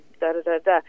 da-da-da-da